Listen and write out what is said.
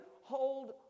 hold